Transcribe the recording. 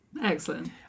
Excellent